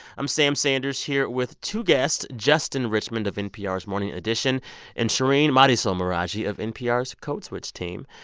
i'm sam sanders here with two guests, justin richmond of npr's morning edition and shereen marisol meraji of npr's code switch team.